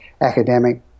academic